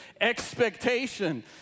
Expectation